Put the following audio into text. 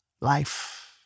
life